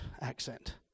accent